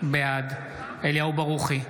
בעד אליהו ברוכי,